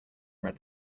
red